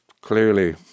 clearly